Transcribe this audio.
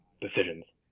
decisions